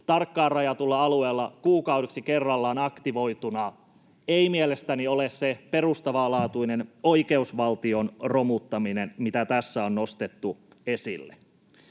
tarkkaan rajatulla alueella, kuukaudeksi kerrallaan aktivoituna ei mielestäni ole se perustavanlaatuinen oikeusvaltion romuttaminen, mitä tässä on nostettu esille.